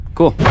Cool